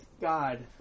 God